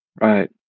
Right